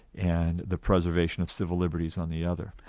and the preservation of civil liberties on the other.